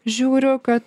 žiūriu kad